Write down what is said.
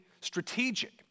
strategic